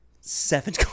seven